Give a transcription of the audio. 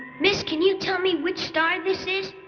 miss, can you tell me which star this is?